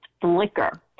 flicker